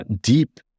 deep